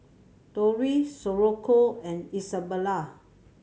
Tori Socorro and Isabelle